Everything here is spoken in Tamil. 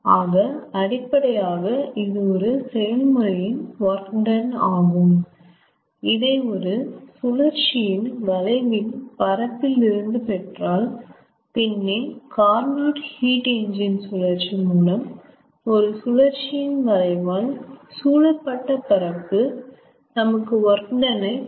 ஆக அடிப்படையாக இது ஒரு செயல்முறையின் ஒர்க் டன் ஆகும் இதை ஒரு சுழற்சியின் வளைவின் பரப்பில் இருந்து பெற்றால் பின்னே கார்னோட் ஹீட் என்ஜின் சுழற்சி மூலம் ஒரு சுழற்சியின் வளைவால் சூழப்பட்ட பரப்பு நமக்கு ஒர்க் டன் ஐ தரும்